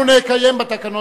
אנחנו נקיים בתקנון,